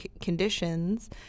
conditions